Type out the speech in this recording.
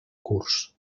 curs